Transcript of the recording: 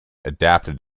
adapted